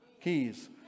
keys